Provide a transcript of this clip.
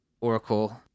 Oracle